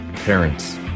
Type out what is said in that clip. parents